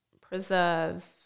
preserve